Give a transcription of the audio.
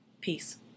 Peace